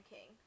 King